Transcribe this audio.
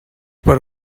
per